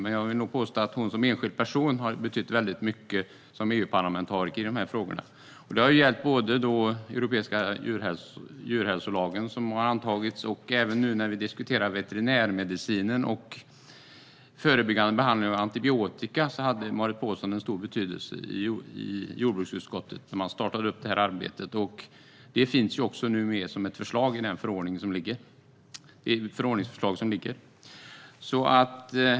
Men jag vill nog påstå att hon som enskild person har betytt väldigt mycket som EU-parlamentariker i de här frågorna. Det har gällt den europeiska djurhälsolag som har antagits. Även när vi nu diskuterar veterinärmedicinen och den förebyggande behandlingen med antibiotika hade Marit Paulsen en stor betydelse i jordbruksutskottet när man startade det arbetet. Det finns nu med som ett förslag i det förordningsförslag som ligger.